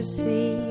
see